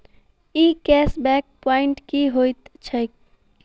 ई cash back point की होइत छैक?